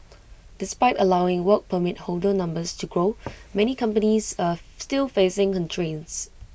despite allowing Work Permit holder numbers to grow many companies are still facing constraints